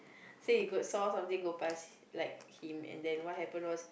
so he could saw something go past like him and then what happened was